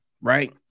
right